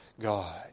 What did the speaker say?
God